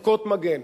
ערכות מגן,